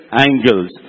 angles